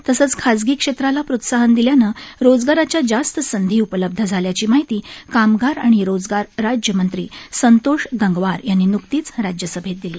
तसंच खासगी क्षेत्राला प्रोत्साहन दिल्यानं रोजगाराच्या जास्त संधी उपलब्ध झाल्याची माहिती कामगार आणि रोजगार राज्य मंत्री संतोष गंगवार यांनी न्कतीच राज्यसभेत दिली